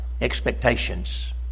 expectations